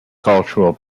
cultural